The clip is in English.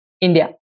India